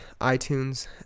itunes